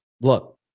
look